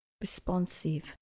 responsive